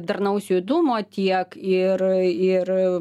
darnaus judumo tiek ir ir